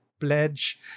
pledge